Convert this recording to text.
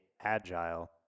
agile